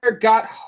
got